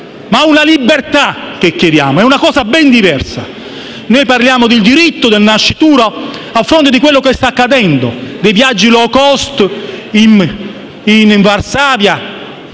ma una libertà che chiediamo ed è una cosa ben diversa. Noi parliamo del diritto del nascituro a fronte di quello che sta accadendo, di fronte ai viaggi *low cost* a Varsavia